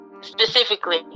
specifically